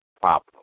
problem